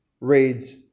reads